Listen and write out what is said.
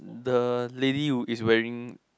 the lady who is wearing